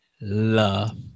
love